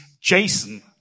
Jason